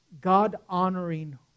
God-honoring